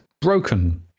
broken